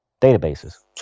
databases